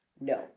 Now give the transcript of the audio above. No